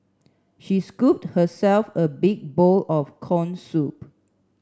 she scooped herself a big bowl of corn soup